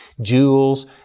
jewels